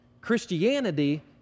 Christianity